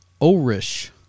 Orish